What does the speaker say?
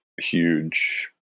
huge